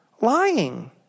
lying